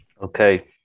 Okay